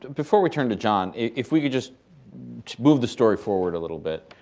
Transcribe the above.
before we turn to john, if we could just move the story forward a little bit,